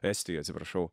estija atsiprašau